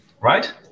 right